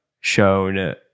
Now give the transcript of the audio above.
shown